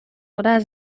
oder